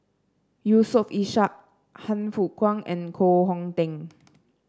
Yusof Ishak Han Fook Kwang and Koh Hong Teng